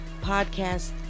podcast